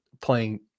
playing